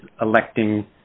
electing